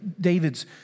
David's